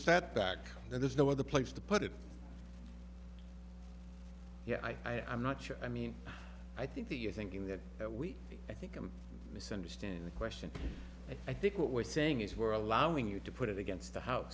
sat back and there's no other place to put it yeah i am not sure i mean i think that you're thinking that we i think i'm misunderstanding the question i think what we're saying is we're allowing you to put it against the house